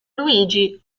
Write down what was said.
luigi